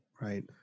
right